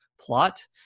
plot